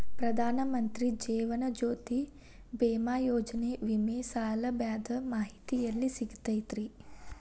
ಪ್ರಧಾನ ಮಂತ್ರಿ ಜೇವನ ಜ್ಯೋತಿ ಭೇಮಾಯೋಜನೆ ವಿಮೆ ಸೌಲಭ್ಯದ ಮಾಹಿತಿ ಎಲ್ಲಿ ಸಿಗತೈತ್ರಿ?